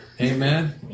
Amen